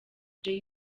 jay